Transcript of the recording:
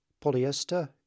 polyester